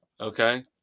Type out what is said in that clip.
Okay